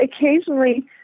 occasionally